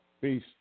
Peace